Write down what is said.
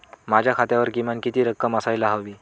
माझ्या खात्यावर किमान किती रक्कम असायला हवी?